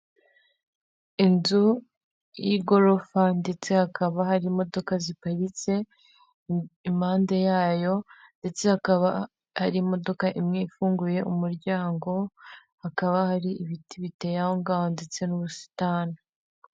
Inzu y'igorofa ndetse hakaba hari imodoka ziparitse, impande yayo ndetse hakaba ari imodoka imwe ifunguye umuryango, hakaba hari ibiti biteye aho ngaho ndetse n'ubusitani.